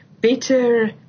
better